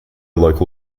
local